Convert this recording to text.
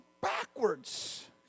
backwards